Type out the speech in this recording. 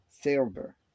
silver